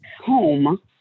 home